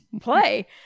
play